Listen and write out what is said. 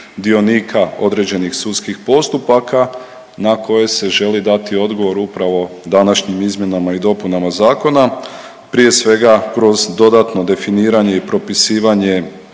dionika određenih sudskih postupaka na koje se želi dati odgovor upravo današnjim izmjenama i dopunama zakona, prije svega kroz dodatno definiranje i propisivanje